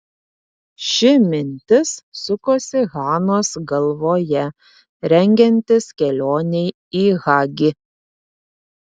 ši mintis sukosi hanos galvoje rengiantis kelionei į hagi